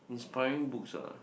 inspiring books ah